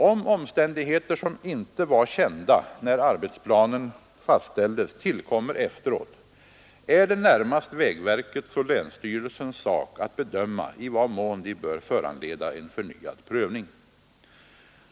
Om omständigheter som inte var kända när arbetsplanen fastställdes tillkommer efteråt är det närmast vägverkets och länsstyrelsens sak att bedöma i vad mån de bör föranleda en förnyad prövning.